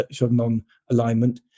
non-alignment